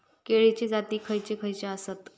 केळीचे जाती खयचे खयचे आसत?